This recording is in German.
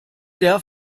der